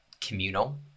communal